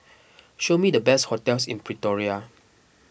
show me the best hotels in Pretoria